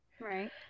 Right